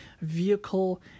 vehicle